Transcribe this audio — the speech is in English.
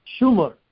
Schumer